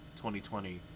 2020